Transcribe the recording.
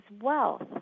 wealth